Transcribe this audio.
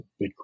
Bitcoin